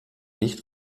nicht